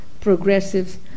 progressives